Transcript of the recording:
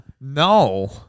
No